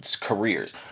careers